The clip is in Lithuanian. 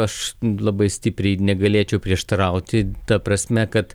aš labai stipriai negalėčiau prieštarauti ta prasme kad